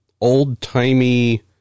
old-timey